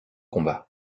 combat